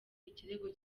ikirego